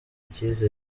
icyizere